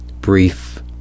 brief